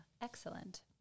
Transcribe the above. excellent